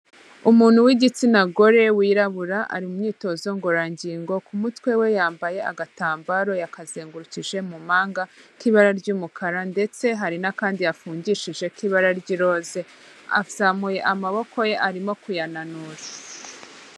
Umuntu w'igitsina gore wirabura ari mu myitozo ngororangingo, ku mutwe we yambaye agatambaro yakazengurukije mu mpanga k'ibara ry'umukara ndetse hari n'akandi yafungishije k'ibara ry'iroze, azamuye amaboko ye arimo kuyananura.